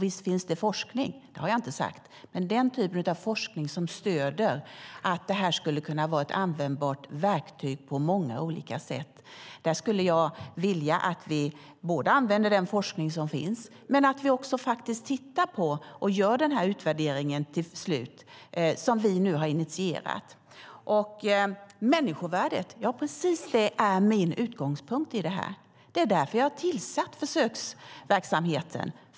Visst finns det forskning, jag har inte sagt att det inte finns, men inte den typ av forskning som stöder att det här skulle kunna vara ett användbart verktyg på många olika sätt. Jag skulle vilja att vi använder den forskning som finns, tittar på möjligheterna och till slut gör en utvärdering, såsom vi nu har initierat. Människovärdet - precis det är min utgångspunkt. Det är därför jag har initierat försöksverksamheten.